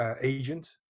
agent